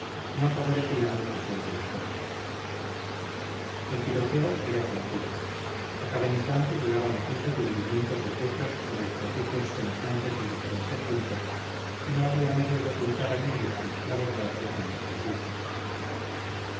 no favorecían los deseos de la joven el tiroteo era continuo a cada instante llegaba noticia de hundimientos de techos o de estropicios semejantes en diferentes puntos y no había medio de ocultar a negretti la verdad de tantas desdichas